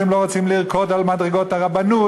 שהם לא רוצים לרקוד על מדרגות הרבנות,